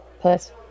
Plus